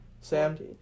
Sam